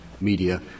media